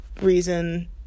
reason